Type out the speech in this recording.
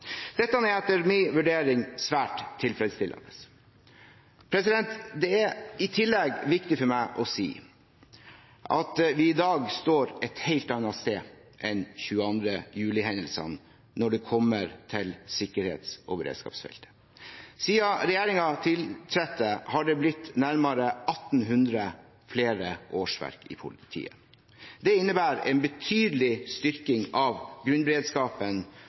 dette. Dette er etter min vurdering svært tilfredsstillende. Det er i tillegg viktig for meg å si at vi i dag står et helt annet sted enn under 22. juli-hendelsene når det gjelder sikkerhets- og beredskapsfeltet. Siden regjeringen tiltrådte, har det blitt nærmere 1 800 flere årsverk i politiet. Det innebærer en betydelig styrking av grunnberedskapen,